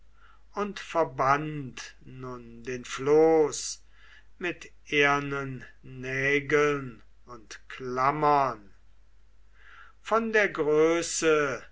und verband nun den floß mit ehernen nägeln und klammern von der größe